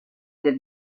del